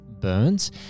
Burns